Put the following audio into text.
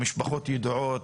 המשפחות ידועות,